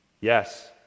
Yes